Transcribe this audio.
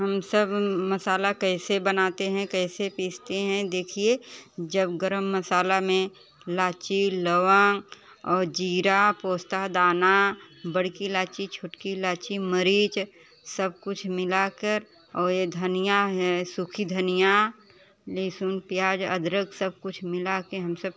हम सब मसाला कैसे बनाते हैं कैसे पीसते हैं देखिए जब गरम मसाला में लाची लौंग और जीरा पोस्ता का दाना बड़की इलाइची छोटकी इलाइची मरीच सब कुछ मिला कर और ये धनिया है सूखी धनिया लहसुन प्याज अदरक सब कुछ मिलाके हम सब